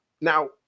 now